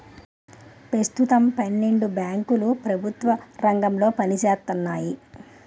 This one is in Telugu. పెస్తుతం పన్నెండు బేంకులు ప్రెభుత్వ రంగంలో పనిజేత్తన్నాయి